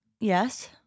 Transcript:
Yes